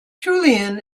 julian